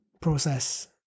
process